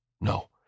No